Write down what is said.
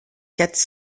quatre